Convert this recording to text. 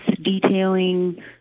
detailing